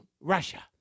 Russia